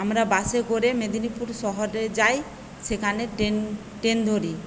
আমরা বাসে করে মেদিনীপুর শহরে যাই সেখানে ট্রেন ট্রেন ধরি